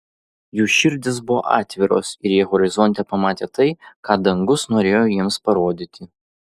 jų širdys buvo atviros ir jie horizonte pamatė tai ką dangus norėjo jiems parodyti